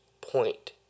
point